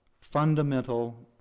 fundamental